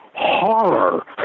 horror